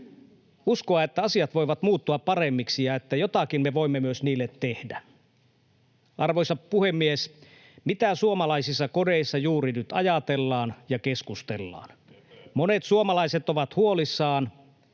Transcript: uskoa, että asiat voivat muuttua paremmiksi ja että jotakin me voimme myös niille tehdä. Arvoisa puhemies! Mitä suomalaisissa kodeissa juuri nyt ajatellaan ja keskustellaan? Monet suomalaiset ovat huolissaan,